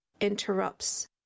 interrupts